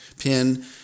pin